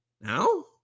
now